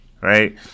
Right